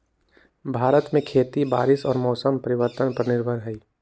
भारत में खेती बारिश और मौसम परिवर्तन पर निर्भर हई